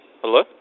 Hello